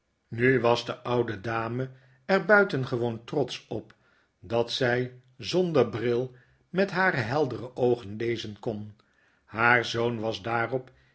nu was de oude dame er buitengewoon trotsch op dat zjj zonder bril met hare heldere oogen lezen kon haar zoon was daarop